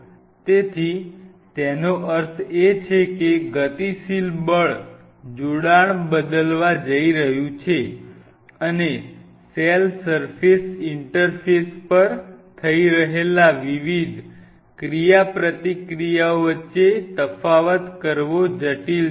તેથી તેનો અર્થ એ છે કે ગતિશીલ બળ જોડાણ બદલવા જઈ રહ્યું છે અને સેલ સર્ફેસ ઇન્ટરફેસ પર થઈ રહેલા વિવિધ ક્રિયાપ્રતિક્રિયાઓ વચ્ચે તફાવત કરવો જટિલ છે